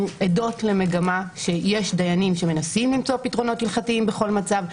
אנחנו עדות למגמה שיש דיינים שמנסים למצוא פתרונות הלכתיים בכל מצב,